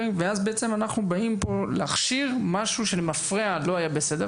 אנחנו באים להכשיר משהו שלא היה בסדר למפרע,